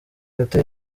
yateye